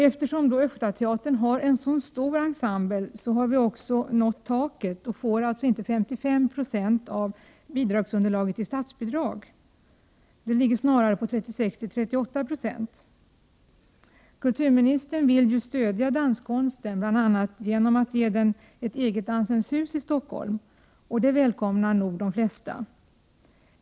Eftersom Östergötlands länsteater har en så stor ensemble har man också nått taket, och man får inte 55 20 av bidragsunderlaget i statsbidrag, utan det ligger snarare på 36-38 I. Kulturministern vill stödja danskonsten bl.a. genom att ge den ett eget Dansens hus i Stockholm. Det välkomnar nog de flesta.